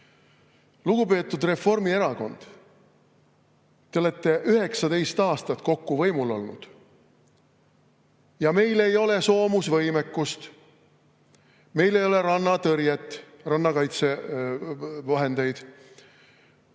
Lugupeetud Reformierakond! Te olete kokku 19 aastat võimul olnud ja meil ei ole soomusvõimekust, meil ei ole rannatõrjet, rannakaitsevahendeid.